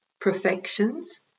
perfections